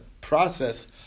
process